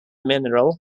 mineral